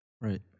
Right